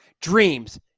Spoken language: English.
dreams